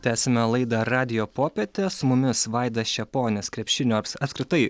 tęsiame laidą radijo popietė su mumis vaidas čeponis krepšinio aps apskritai